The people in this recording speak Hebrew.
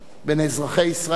בין אזרחי ישראל